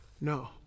No